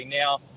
Now